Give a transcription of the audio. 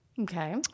Okay